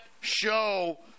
show